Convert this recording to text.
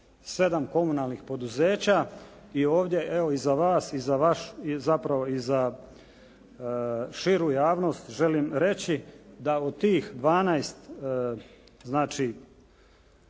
127 komunalnih poduzeća i ovdje evo i za vas i za vaš, zapravo i za širu javnost želim reći da u tih 12 znači